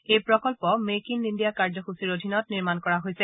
এই প্ৰকল্প make in India কাৰ্যসূচীৰ অধীনত নিৰ্মাণ কৰা হৈছে